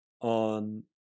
on